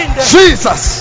Jesus